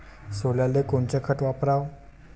सोल्याले कोनचं खत वापराव?